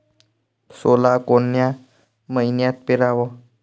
सोला कोन्या मइन्यात पेराव?